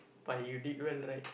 but you did well right